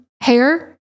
hair